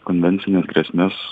konvencines grėsmes